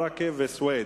ברכה וסוייד.